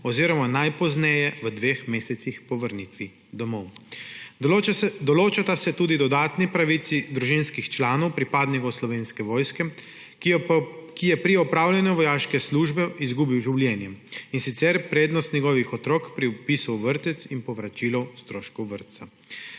oziroma najpozneje v dveh mesecih po vrnitvi domov. Določata se tudi dodatni pravici družinskih članov pripadnika Slovenske vojske, ki je pri opravljanju vojaške službe izgubil življenje, in sicer prednost njegovih otrok pri vpisu v vrtec in povračilo stroškov vrtca.